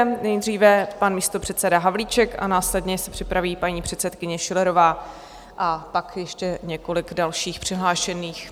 Nejdříve pan místopředseda Havlíček, následně se připraví paní předsedkyně Schillerová a pak ještě několik dalších přihlášených.